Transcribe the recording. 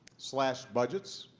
slashed budgets